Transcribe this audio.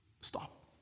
stop